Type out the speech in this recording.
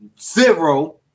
Zero